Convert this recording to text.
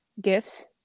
Gifts